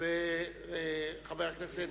חבר הכנסת